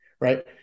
right